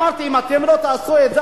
אמרתי: אם אתם לא תעשו את זה,